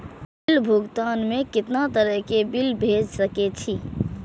Bill भुगतान में कितना तरह के बिल भेज सके छी?